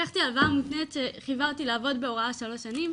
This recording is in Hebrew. לקחתי הלוואה מותנית שכיוונתי לעבוד בהוראה שלוש שנים.